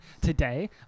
today